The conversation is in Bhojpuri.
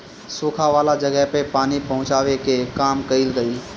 सुखा वाला जगह पे पानी पहुचावे के काम कइल गइल